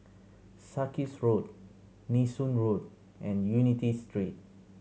Sarkies Road Nee Soon Road and Unity Street